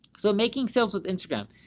so making sales with instagram.